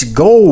go